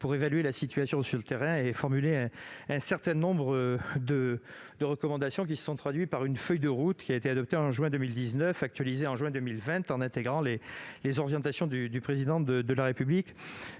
pour évaluer la situation sur le terrain et formuler un certain nombre de recommandations, qui se sont traduites par une feuille de route adoptée en juin 2019 et actualisée en juin 2020. Celle-ci intègre désormais les orientations du Président de la République,